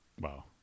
Wow